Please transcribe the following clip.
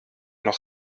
noch